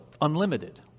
unlimited